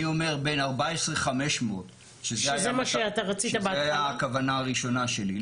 אני אומר בין 14,500 שזה היה הכוונה הראשונה שלי,